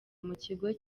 mukigo